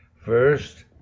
First